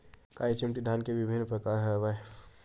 का एच.एम.टी धान के विभिन्र प्रकार हवय?